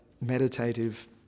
meditative